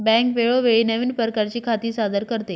bank वेळोवेळी नवीन प्रकारची खाती सादर करते